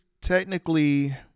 technically